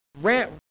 rant